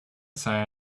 say